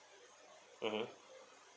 mmhmm